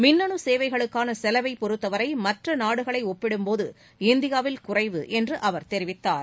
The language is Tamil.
மின்னனு சேவைகளுக்கான செலவை பொருத்தவரை மற்ற நாடுகளை ஒப்பிடும்போது இந்தியாவில் குறைவு என்று அவர் தெரிவித்தார்